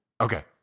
Okay